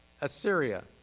Assyria